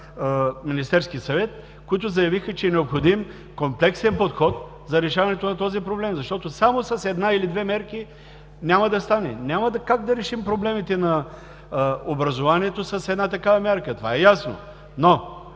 Министерския съвет, които заявиха, че е необходим комплексен подход за решаването на този проблем, защото само с една или две мерки няма да стане. Няма как да решим проблемите на образованието с една такава мярка, това е ясно. Но,